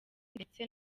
ndetse